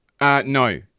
No